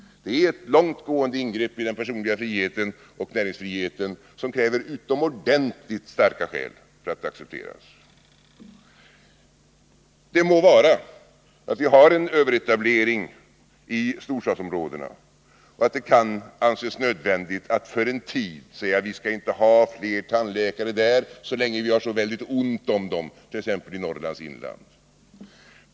Det är ett långtgående ingrepp i den personliga friheten och näringsfriheten, som kräver utomordentligt starka skäl för att kunna accepteras. Det må vara att vi har en överetablering i storstadsområdena och att det kan anses nödvändigt att för en tid säga: Vi skall inte ha flera tandläkare där, så länge vi har så ont om dem t.ex. i Norrlands inland.